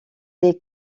les